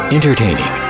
Entertaining